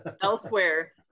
elsewhere